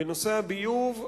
בנושא הביוב,